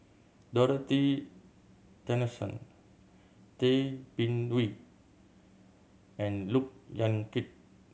Dorothy Tessensohn Tay Bin Wee and Look Yan Kit